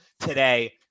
today